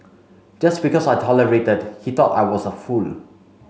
just because I tolerated he thought I was a fool